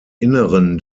inneren